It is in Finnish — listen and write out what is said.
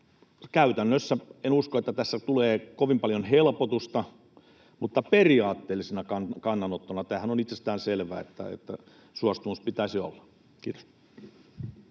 Käytännössä en usko, että tähän tulee kovin paljon helpotusta, mutta periaatteellisena kannanottona tämähän on itsestäänselvä, että suostumus pitäisi olla. — Kiitos.